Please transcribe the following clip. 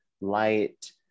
light